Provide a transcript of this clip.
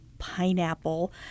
pineapple